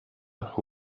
who